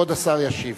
כבוד השר ישיב.